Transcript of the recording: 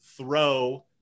throw